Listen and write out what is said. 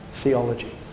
theology